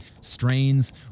strains